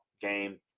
game